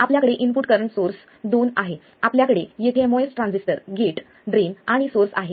आपल्याकडे input current source ii आहे आपल्याकडे येथे एमओएस ट्रान्झिस्टर गेट ड्रेन आणि सोर्स आहेत